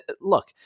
Look